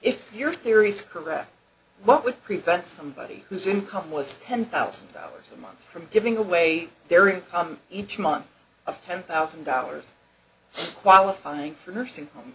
if your theory is correct what would prevent somebody whose income was ten thousand dollars a month from giving away their income each month of ten thousand dollars qualifying for nursing